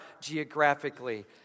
geographically